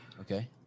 Okay